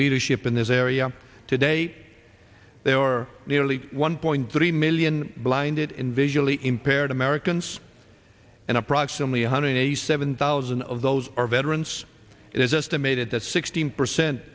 leadership in this area today there are nearly one point three million blinded in visually impaired americans and approximately one hundred eighty seven thousand of those are veterans it is estimated that sixteen percent